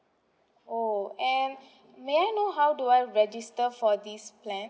oh and may I know how do I register for this plan